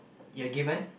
you're given